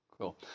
Cool